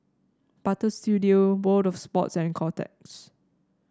Butter Studio World Of Sports and Kotex